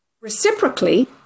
Reciprocally